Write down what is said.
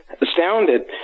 astounded